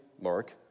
Mark